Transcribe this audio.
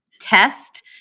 test